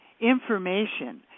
information